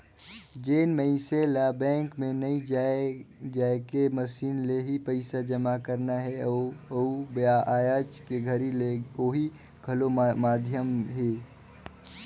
जेन मइनसे ल बैंक मे नइ जायके मसीन ले ही पइसा जमा करना हे अउ आयज के घरी मे ओहू घलो माधियम हे